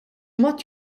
mod